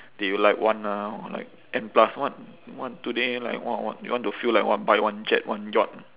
they like want ah or like and plus what what today like what what you want to feel like want buy one jet one yacht